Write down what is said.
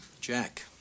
Jack